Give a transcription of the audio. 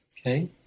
Okay